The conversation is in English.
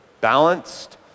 Balanced